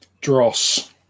Dross